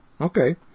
Okay